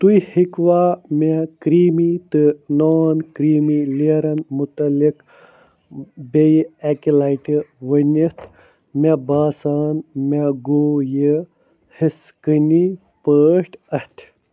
تُہۍ ہیٚکوا مےٚ کرٛیٖمی تہٕ نان کرٛیٖمی لیٚرن مُتعلق بیٚیہ اکہِ لٹہِ ؤنِتھ مےٚ باسان مےٚ گوٚو یہِ حِصہٕ کٔنۍ پٲٹھۍ اَتھِ